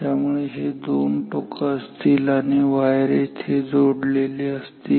त्यामुळे हे दोन टोकं असतील आणि वायर येथे जोडलेले असतील